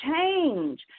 change